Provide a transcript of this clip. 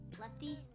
Lefty